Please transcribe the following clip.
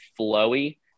flowy